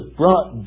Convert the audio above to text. brought